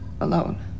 alone